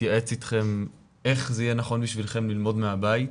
התייעץ אתכם איך זה יהיה נכון בשבילכם ללמוד מהבית?